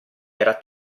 era